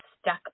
stuck